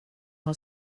har